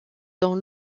dans